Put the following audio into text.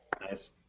Nice